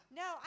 no